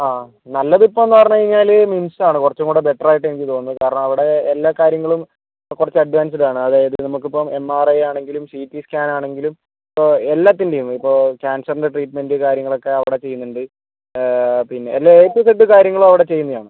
ആ നല്ലത് ഇപ്പോൾ എന്ന് പറഞ്ഞ് കഴിഞ്ഞാൽ നിംസ് ആണ് കുറച്ചും കൂടെ ബെറ്റർ ആയിട്ടു എനിക്ക് തോന്നിയത് കാരണം അവിടെ എല്ലാ കാര്യങ്ങളും കുറച്ച് അഡ്വാൻസ്ഡ് ആണ് അതായത് നമുക്കിപ്പോൾ എം ആർ ഐ ആണെങ്കിലും സി റ്റി സ്കാൻ ആണെങ്കിലും ഇപ്പോൾ എല്ലാത്തിന്റേം ഇപ്പോൾ ക്യാൻസറിന്റെ ട്രീറ്റ്മെന്റ് കാര്യങ്ങളൊക്കെ അവിടെ ചെയ്യുന്നുണ്ട് പിന്നെ എല്ലാ എ ടു ഇസ്സഡ് കാര്യങ്ങളും അവിടെ ചെയ്യുന്നതാണ്